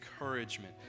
encouragement